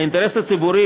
האינטרס הציבורי,